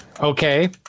Okay